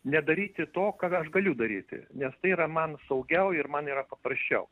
nedaryti to ką aš galiu daryti nes tai yra man saugiau ir man yra paprasčiau